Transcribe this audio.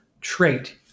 trait